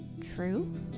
true